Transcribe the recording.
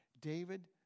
David